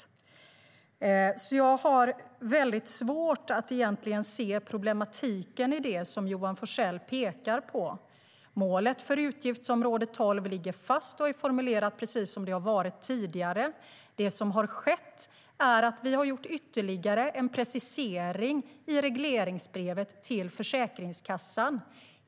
Jag har därför svårt att egentligen se problematiken som Johan Forssell pekar på. Målet för utgiftsområde 12 ligger fast och är formulerat precis som det har varit tidigare. Det som har skett är att vi har gjort ytterligare en precisering i regleringsbrevet till Försäkringskassan.